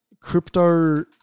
Crypto